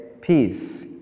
peace